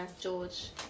George